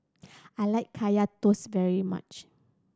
I like Kaya Toast very much